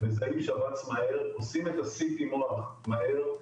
מזהים שבץ מהר עושים את הסיטי מוח מהר,